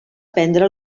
prendre